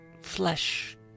flesh